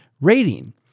rating